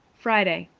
friday.